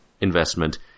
investment